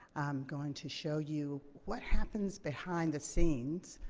i'm going to show you what happens behind the scenes,